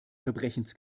verbrechens